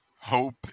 Hope